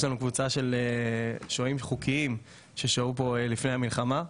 יש לנו קבוצה של שוהים חוקיים ששהו פה לפני המלחמה.